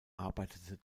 arbeitete